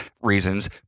reasons